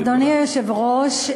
אדוני היושב-ראש,